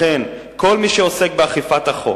לכן, כל מי שעוסק באכיפת החוק,